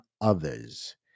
others